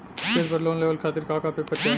खेत पर लोन लेवल खातिर का का पेपर चाही?